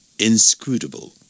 Inscrutable